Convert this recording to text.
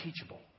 teachable